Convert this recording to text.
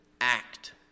act